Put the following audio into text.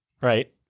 right